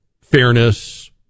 fairness